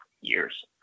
years